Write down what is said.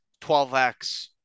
12X